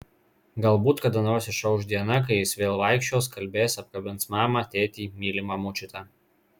galbūt kada nors išauš diena kai jis vėl vaikščios kalbės apkabins mamą tėtį mylimą močiutę